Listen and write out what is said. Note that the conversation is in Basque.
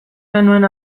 genuen